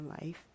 life